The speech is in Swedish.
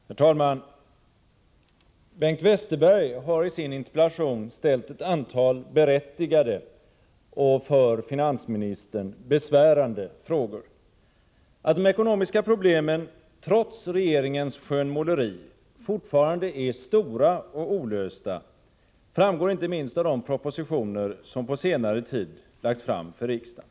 Herr talman! Bengt Westerberg har i sin interpellation ställt ett antal berättigade och för finansministern besvärande frågor. Att de ekonomiska problemen trots regeringens skönmåleri fortfarande är stora och olösta framgår inte minst av de propositioner som på senare tid lagts fram för riksdagen.